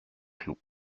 cloud